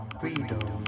freedom